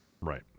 Right